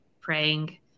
praying